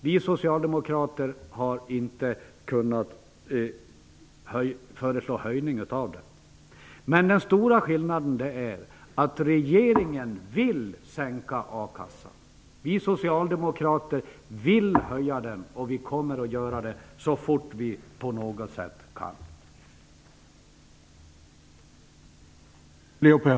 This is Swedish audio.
Vi socialdemokrater har inte kunnat föreslå en höjning. Men den stora skillnaden är att regeringen vill sänka a-kasseersättningen, medan vi socialdemokrater vill höja den så fort vi på något sätt kan göra det.